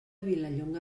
vilallonga